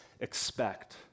expect